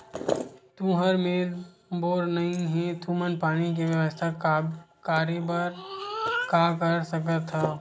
तुहर मेर बोर नइ हे तुमन पानी के बेवस्था करेबर का कर सकथव?